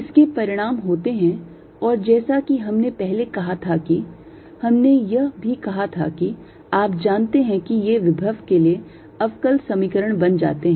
इसके परिणाम होते हैं और जैसा कि हमने पहले कहा था कि हमने यह भी कहा था कि आप जानते हैं कि ये विभव के लिए अवकल समीकरण बन जाते हैं